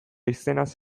izenaz